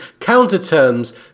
counterterms